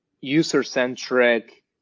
user-centric